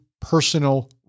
personal